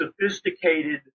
sophisticated